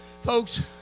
Folks